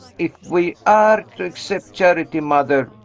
if we are to accept charity, mother,